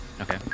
Okay